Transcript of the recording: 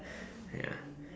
ya